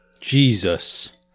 Jesus